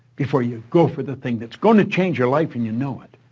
before you go for the thing that's going to change your life and you know it,